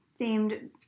themed